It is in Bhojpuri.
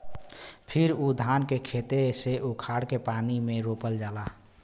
फिर उ धान के खेते से उखाड़ के पानी में रोपल जाला